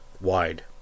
wide